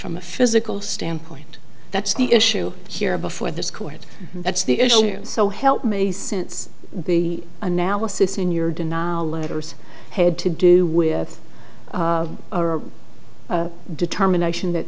from a physical standpoint that's the issue here before this court that's the issue so help me since the analysis in your denial letters had to do with a determination that